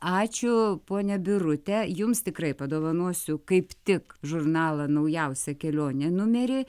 ačiū ponia birute jums tikrai padovanosiu kaip tik žurnalą naujausią kelionė numerį